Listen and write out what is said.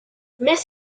miss